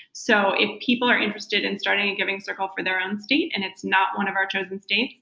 so if people are interested in starting a giving circle for their own state and it's not one of our chosen state,